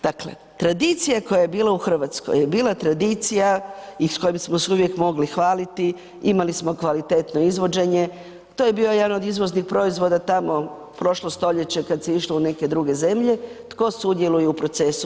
Dakle, tradicija koja je bila u Hrvatskoj je bila tradicija iz koje smo se uvijek mogli hvaliti, imali smo kvalitetno izvođenje, to je bio jedan od izvoznih proizvoda, tamo, prošlo stoljeće kad se u neke druge zemlje, tko sudjeluje u procesu?